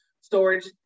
storage